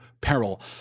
peril